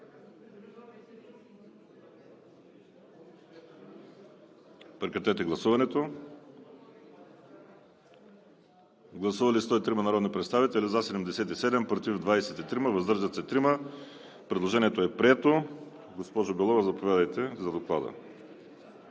2, прието от Комисията. Гласували 103 народни представители: за 77, против 23, въздържали се 3. Предложението е прието. Госпожо Белова, заповядайте за Доклада.